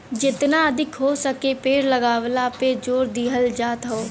जेतना अधिका हो सके पेड़ लगावला पे जोर दिहल जात हौ